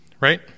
right